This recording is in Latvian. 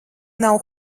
nav